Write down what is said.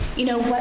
you know,